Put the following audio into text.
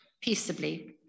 Peaceably